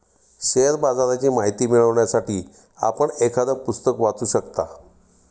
share बाजाराची माहिती मिळवण्यासाठी आपण एखादं पुस्तक वाचू शकता